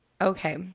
Okay